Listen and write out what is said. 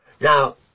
Now